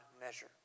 measure